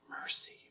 mercy